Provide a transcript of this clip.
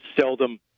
seldom